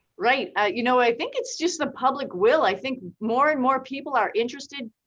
right. i you know i think it's just the public will, i think more and more people are interested.